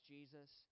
Jesus